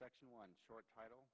section one short title